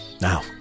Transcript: Now